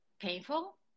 painful